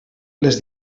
les